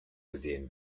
gesehen